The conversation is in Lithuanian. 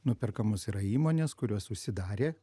nuperkamos yra įmonės kurios užsidarė